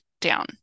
down